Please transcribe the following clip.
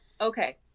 Okay